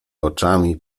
oczami